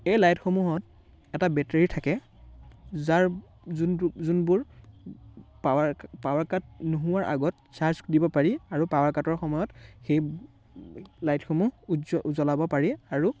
এই লাইটসমূহত এটা বেটাৰী থাকে যাৰ যোনটো যোনবোৰ পাৱাৰ পাৱাৰ কাট নোহোৱাৰ আগত চাৰ্জ দিব পাৰি আৰু পাৱাৰ কাটৰ সময়ত সেই লাইটসমূহ জ্বলাব পাৰি আৰু